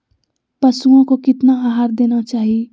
पशुओं को कितना आहार देना चाहि?